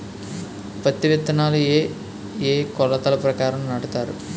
పత్తి విత్తనాలు ఏ ఏ కొలతల ప్రకారం నాటుతారు?